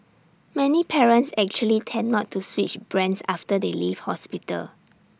many parents actually tend not to switch brands after they leave hospital